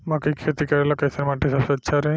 मकई के खेती करेला कैसन माटी सबसे अच्छा रही?